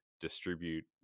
distribute